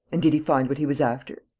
and did he find what he was after?